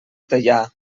teià